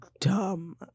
dumb